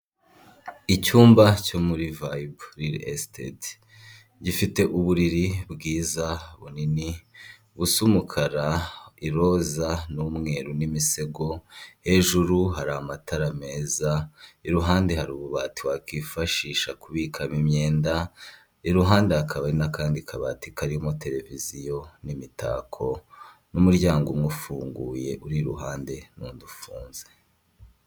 Icyumba cyo muri bayibure esitete, gifite uburiri bwiza bunini busa umukara iroza n'umweru n'imisego, hejuru hari amatara meza iruhande hari ububati wakwifashisha kubikaba imyenda iruhande hakaba n'akandi kabati karimo televiziyo n'imitako, n'umuryango umwe ufunguye uri iruhande n'udafunze.